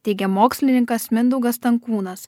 teigia mokslininkas mindaugas stankūnas